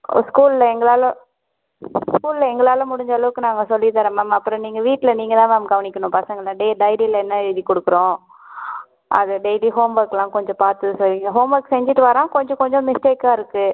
ஸ்கூலில் எங்களால் ஸ்கூலில் எங்களால் முடிஞ்ச அளவுக்கு நாங்கள் சொல்லி தர்றோம் மேம் அப்புறம் நீங்கள் வீட்டில் நீங்கள் தான் மேம் கவனிக்கணும் பசங்களை டே டைரியில் என்ன எழுதி கொடுக்கிறோம் அது டெய்லி ஹோம் ஒர்க் எல்லாம் கொஞ்சம் பார்த்து ஹோம் ஒர்க் செஞ்சுட்டு வர்றான் கொஞ்சம் கொஞ்சம் மிஸ்டேக்காக இருக்குது